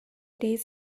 days